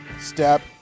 step